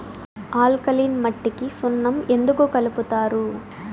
alkaline మట్టికి సున్నం ఎందుకు కలుపుతారు